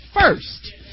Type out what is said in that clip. first